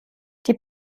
die